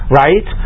right